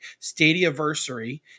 Stadiaversary